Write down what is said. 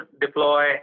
deploy